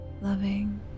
loving